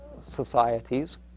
societies